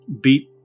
beat